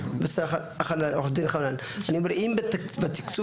מתוך 13. אני יודע לגבי תאגידים.